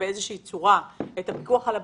באיזו שהיא צורה את הפיקוח על הבנקים,